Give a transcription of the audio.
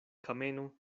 kameno